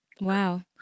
Wow